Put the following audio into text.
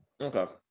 Okay